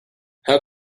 how